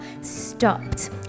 stopped